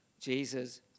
Jesus